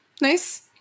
nice